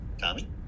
Tommy